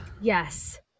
Yes